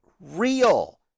Real